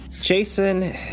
Jason